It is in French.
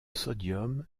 sodium